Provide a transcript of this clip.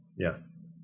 Yes